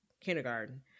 kindergarten